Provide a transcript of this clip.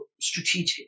strategic